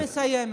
אני מסיימת.